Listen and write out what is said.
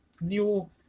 new